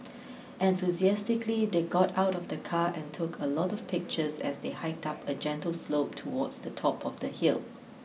enthusiastically they got out of the car and took a lot of pictures as they hiked up a gentle slope towards the top of the hill